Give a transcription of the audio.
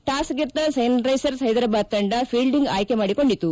toss ಗೆದ್ದ sun risers Hyderabad ತಂಡ fielding ಆಯ್ಕೆ ಮಾಡಿಕೊಂಡಿತು